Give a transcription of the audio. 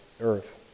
earth